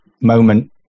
moment